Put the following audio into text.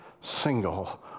single